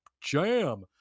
jam